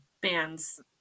bands